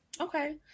Okay